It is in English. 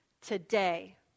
Today